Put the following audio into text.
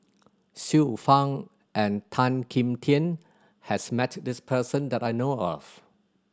Xiu Fang and Tan Kim Tian has met this person that I know of